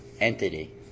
entity